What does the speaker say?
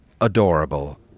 adorable